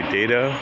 data